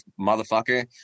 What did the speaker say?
motherfucker